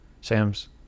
Sam's